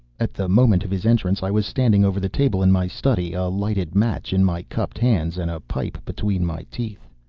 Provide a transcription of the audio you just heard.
at the moment of his entrance i was standing over the table in my study, a lighted match in my cupped hands and a pipe between my teeth.